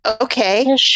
Okay